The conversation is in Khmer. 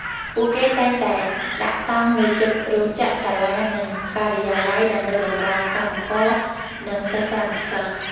ពួកគេតែងតែដាក់តង់នៅជិតរោងចក្រ សាលា និងការិយាល័យ ដើម្បីបម្រើកម្មករ និងសិស្សានុសិស្ស។